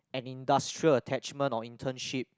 an industrial attachment or internship